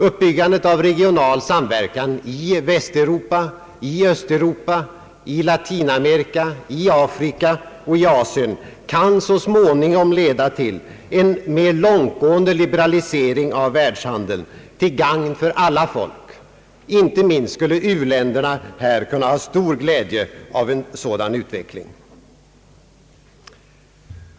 Uppbyggandet av regional samverkan i Västeuropa, i Östeuropa, i Latinamerika, i Afrika och i Asien kan så småningom leda till en mer långtgående liberalisering av världshandeln till gagn för alla folk. Inte minst skulle u-länderna här kunna ha stor glädje av en sådan utveckling.